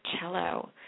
cello